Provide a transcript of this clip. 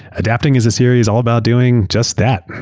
adapting is a series all about doing just that,